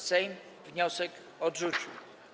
Sejm wniosek odrzucił.